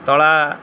ତଳା